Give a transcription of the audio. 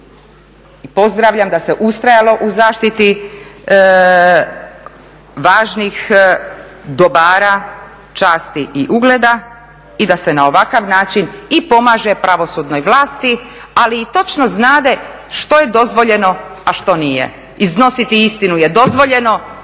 i pozdravljam da se ustrajalo u zaštiti važnih dobara, časti i ugleda i da se na ovakav način i pomaže pravosudnoj vlasti, ali točno znade što je dozvoljeno, a što nije. Iznositi istinu je dozvoljeno,